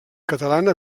catalana